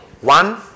One